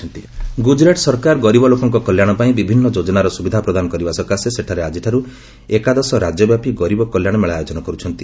goose Garib Kalyan Mela Gujarat ସରକାର ଗରିବ ଲୋକଙ୍କ କଲ୍ୟାଣ ପାଇଁ ବିଭିନ୍ନ ଯୋଜନାର ସୁବିଧା ପ୍ରଦାନ କରିବା ସକାଶେ ସେଠାରେ ଆଜିଠାରୁ ଏକାଦଶ ରାଜ୍ୟବ୍ୟାପୀ ଗରିବ କଲ୍ୟାଣ ମେଳା ଆୟୋଜନ କରୁଛନ୍ତି